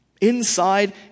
Inside